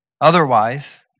Otherwise